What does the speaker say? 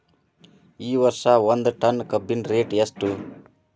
ಈ ವರ್ಷ ಒಂದ್ ಟನ್ ಕಬ್ಬಿನ ರೇಟ್ ಎಷ್ಟು?